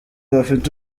bafite